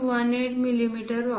18 मिमी वापरू